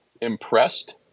impressed